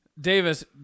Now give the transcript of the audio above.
Davis